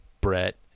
Brett